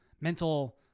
mental